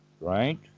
right